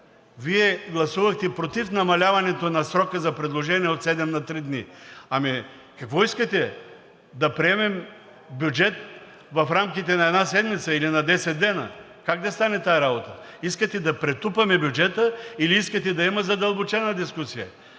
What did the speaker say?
Вие гласувахте против намаляването на срока за предложения от седем на три дни. Ами, какво искате, да приемем бюджет в рамките на една седмица или на десет дена? Как да стане тази работа? Искате да претупаме бюджета или искате да има задълбочена дискусия?